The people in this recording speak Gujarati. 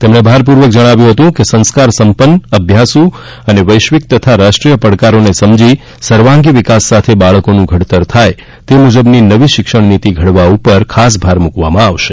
તેમણે ભારપૂર્વક જણાવ્યું હતું કે સંસ્કાર સંપન્ન અભ્યાસુ તથા વૈશ્વિક અને રાષ્ટ્રીય પડકારોને સમજી સર્વાંગી વિકાસ સાથે બાળકોનું ઘડતર થાય તે મુજબની નવી શિક્ષણ નીતિ ઘડવા પર ખાસ ભાર મૂકવામાં આવશે